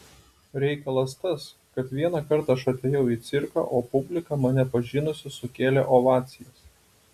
reikalas tas kad vienąkart aš atėjau į cirką o publika mane pažinusi sukėlė ovacijas